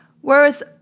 Whereas